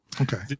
Okay